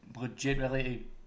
legitimately